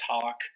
talk